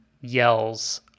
yells